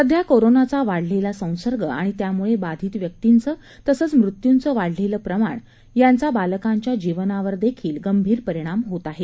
सध्या कोरोनाचा वाढलेला संसर्ग आणि त्यामुळे बाधीत व्यक्तींचं तसंच मृत्युचं वाढलेलं प्रमाण यांचा बालकांच्या जीवनावरदेखील गंभीर परिणाम होत आहे